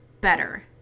better